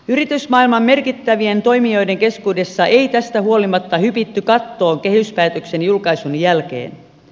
yritysmaailman merkittävien toimijoiden keskuudessa ei tästä huolimatta hypitty kattoon kehyspäätöksen julkaisun jälkeen